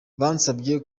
bansabye